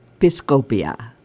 Piscopia